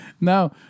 Now